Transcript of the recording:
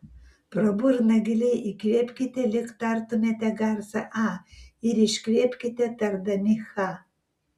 pro burną giliai įkvėpkite lyg tartumėte garsą a ir iškvėpkite tardami cha